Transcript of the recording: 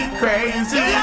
crazy